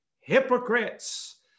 hypocrites